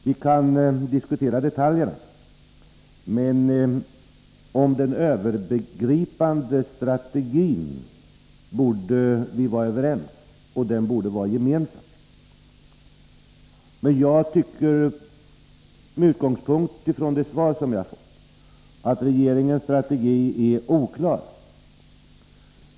Vi kan diskutera detaljer, men den övergripande strategin bör vi vara överens om — den bör vara gemensam. Jag tycker med utgångspunkt i det svar som jag har fått att regeringens strategi är oklar.